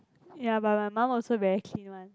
ya but my mum also very clean one